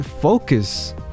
Focus